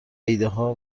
ایدهها